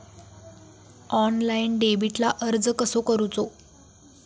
Online डेबिटला अर्ज कसो करूचो?